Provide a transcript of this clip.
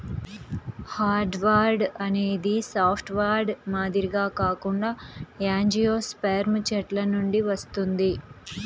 hardwood అనేది softwood మాదిరిగా కాకుండా యాంజియోస్పెర్మ్ చెట్ల నుండి వస్తుంది